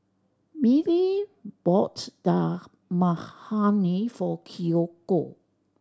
Mindy bought Dal Makhani for Kiyoko